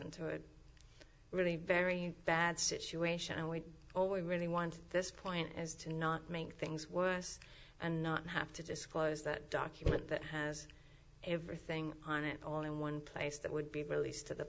into a really very bad situation and we always really want this point as to not make things worse and not have to disclose that document that has everything on it all in one place that would be released to the